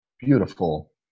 beautiful